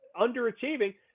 underachieving